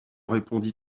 répondit